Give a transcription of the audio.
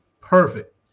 Perfect